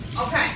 Okay